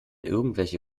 irgendwelche